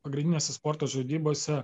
pagrindinėse sporto žaidybose